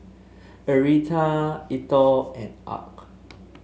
Aretha Eithel and Arch